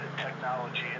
technology